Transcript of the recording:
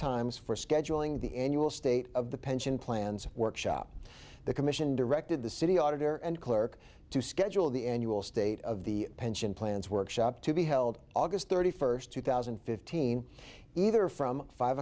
times for scheduling the annual state of the pension plans workshop the commission directed the city auditor and clerk to schedule the annual state of the pension plans workshop to be held august thirty first two thousand and fifteen either from five